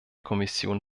kommission